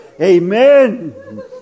Amen